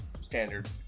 standard